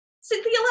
cynthia